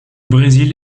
brésil